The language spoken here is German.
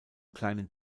kleinen